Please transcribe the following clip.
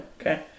okay